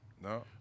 No